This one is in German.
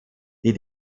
die